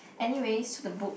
anyways so the book